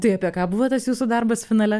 tai apie ką buvo tas jūsų darbas finale